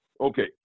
Okay